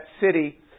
city